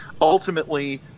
ultimately